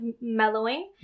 mellowing